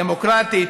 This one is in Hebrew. דמוקרטית,